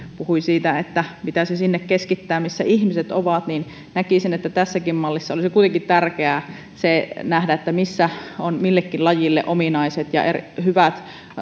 puhui siitä että pitäisi sinne keskittää missä ihmiset ovat näkisin että tässäkin mallissa olisi kuitenkin tärkeää nähdä se missä on millekin lajille ominaiset ja hyvät